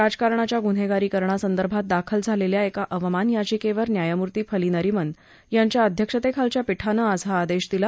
राजकारणाच्या गुन्हेगारीकरणासंदर्भात दाखल झालेल्या एका अवमान याचिकेवर न्यायमूर्ती फली नस्मिन यांच्या अध्यक्षतेखालच्या पीठानं आज हा आदेश दिला